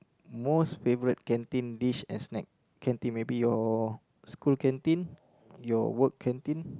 most favourite canteen dish and snack canteen maybe your school canteen your work canteen